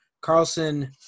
Carlson